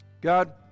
God